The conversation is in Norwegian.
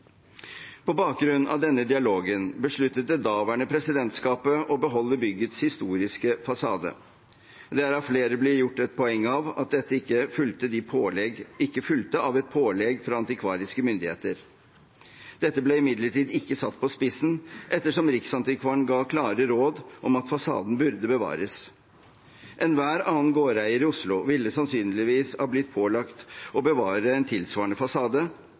På bakgrunn av denne dialogen besluttet det daværende presidentskapet å beholde byggets historiske fasade. Det er av flere blitt gjort et poeng av at dette ikke fulgte av et pålegg fra antikvariske myndigheter. Dette ble imidlertid ikke satt på spissen ettersom Riksantikvaren ga klare råd om at fasaden burde bevares. Enhver annen gårdeier i Oslo ville sannsynligvis ha blitt pålagt å bevare en tilsvarende